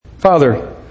Father